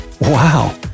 Wow